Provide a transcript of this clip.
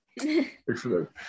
Excellent